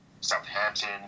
Southampton